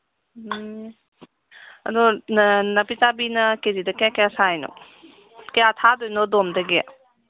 ꯎꯝ ꯑꯗꯣ ꯅꯥꯄꯤꯆꯥꯕꯤꯅ ꯀꯦ ꯖꯤꯗ ꯀꯌꯥ ꯀꯌꯥ ꯁꯥꯏꯅꯣ ꯀꯌꯥ ꯊꯥꯗꯣꯏꯅꯣ ꯑꯗꯣꯝꯗꯒꯤ